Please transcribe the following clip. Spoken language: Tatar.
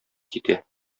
китә